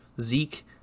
Zeke